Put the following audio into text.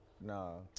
No